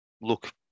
look